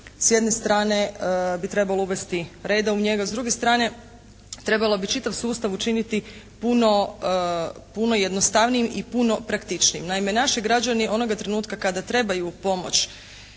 s jedne strane bi trebalo uvesti reda u njega. S druge strane, trebalo bi čitav sustav učiniti puno jednostavnijim i puno praktičnijim. Naime, naši građani onoga trenutka kada trebaju pomoć